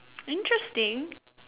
interesting